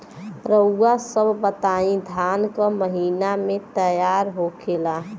रउआ सभ बताई धान क महीना में तैयार होखेला?